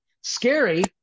scary